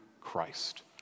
Christ